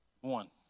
one